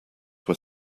were